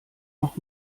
noch